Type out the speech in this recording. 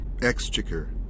exchequer